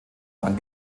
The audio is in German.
dann